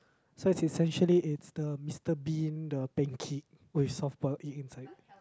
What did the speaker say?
so it's essentially it's the Mister-Bean the panacke with soft-boiled egg inside